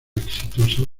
exitosa